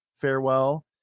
farewell